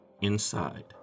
Inside